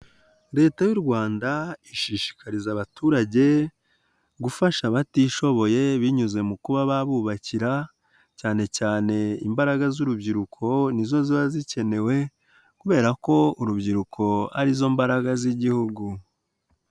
Leta y'u Rwanda ishishikariza abaturage, gufasha abatishoboye binyuze mu kuba babubakira cyane cyane imbaraga z'urubyiruko nizo ziba zikenewe kubera ko urubyiruko arizo mbaraga z'igihugu.